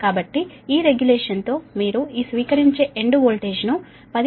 కాబట్టి ఈ రెగ్యులేషన్తో మీరు ఈ స్వీకరించే ఎండ్ వోల్టేజ్ను 10